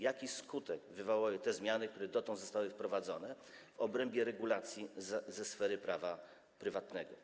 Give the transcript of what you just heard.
Jaki skutek wywołały te zmiany, które dotąd zostały wprowadzone w obrębie regulacji ze sfery prawa prywatnego?